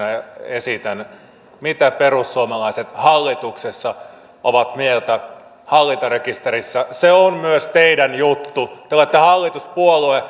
esitän mitä perussuomalaiset hallituksessa ovat mieltä hallintarekisteristä se on myös teidän juttunne te olette hallituspuolue